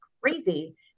crazy